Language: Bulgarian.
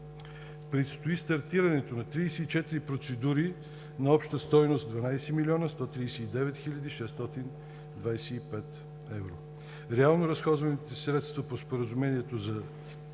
Предстои стартирането на 34 процедури на обща стойност 12 млн. 139 хил. 625 евро. Реално разходваните средства по споразумението за